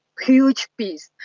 huge peace.